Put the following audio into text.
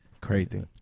Crazy